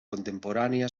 contemporània